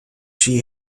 she